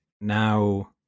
now